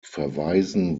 verweisen